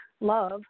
love